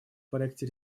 проекте